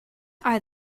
are